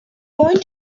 going